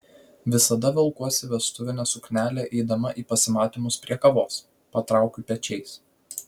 visada velkuosi vestuvinę suknelę eidama į pasimatymus prie kavos patraukiu pečiais